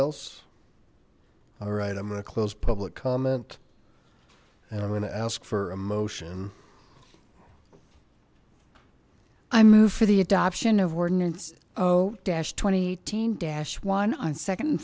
else all right i'm a close public comment and i'm going to ask for a motion i move for the adoption of ordinance oh dash twenty thousand dash one on second